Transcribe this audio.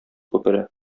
күпере